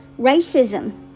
racism